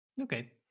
Okay